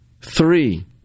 three